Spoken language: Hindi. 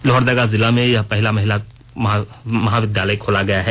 लोहरदगा जिला में यह पहला महिला महाविद्यालय खोला गया है